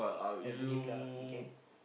at bugis lah we can eat